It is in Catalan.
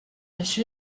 això